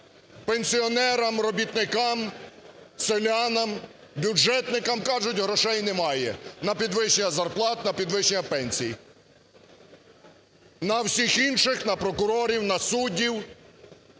Пенсіонерам, робітникам, селянам, бюджетникам кажуть: грошей немає на підвищення зарплат, на підвищення пенсій. На всіх інших, на прокурорів, на суддів